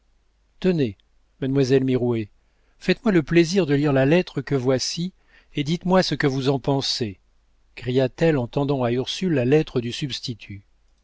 tenez mademoiselle mirouët faites-moi le plaisir de lire la lettre que voici et dites-moi ce que vous en pensez cria-t-elle en tendant à ursule la lettre du substitut